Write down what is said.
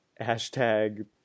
hashtag